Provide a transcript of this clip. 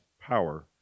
power